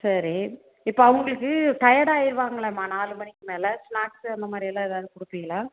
சரி இப்போ அவங்களுக்கு டையர்ட் ஆயிருவாங்களேம்மா நாலு மணிக்கு மேலே ஸ்நாக்ஸு அந்த மாதிரியெல்லாம் எதாவது கொடுப்பீங்களா